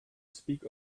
speak